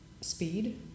Speed